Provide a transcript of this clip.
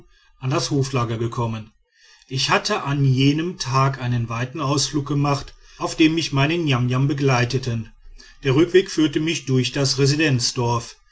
an das hoflager gekommen ich hatte an jenem tag einen weiten ausflug gemacht auf dem mich meine niamniam begleiteten der rückweg führte mich durch das residenzdorf